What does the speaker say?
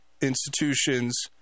institutions